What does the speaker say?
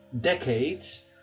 decades